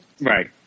Right